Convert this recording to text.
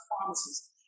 promises